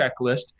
checklist